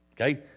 Okay